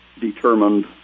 determined